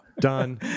Done